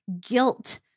guilt